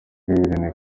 irene